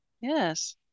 yes